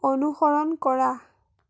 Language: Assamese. অনুসৰণ কৰা